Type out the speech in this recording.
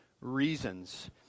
reasons